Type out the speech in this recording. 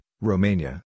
Romania